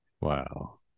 Wow